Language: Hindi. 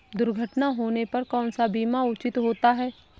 दुर्घटना होने पर कौन सा बीमा उचित होता है?